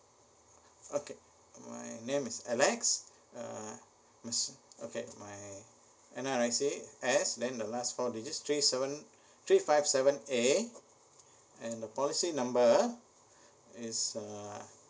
okay my name is alex uh yes okay my N_R_I_C S then the last four digits three seven three five seven A and the policy number is uh